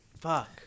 Fuck